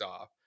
off